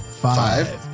Five